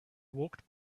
walked